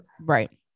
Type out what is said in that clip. right